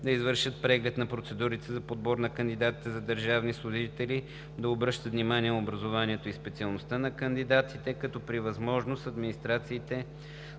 да извършват преглед на процедурите за подбор на кандидати за държавни служители, да обръщат внимание на образованието и специалността на кандидатите, като при възможност администрациите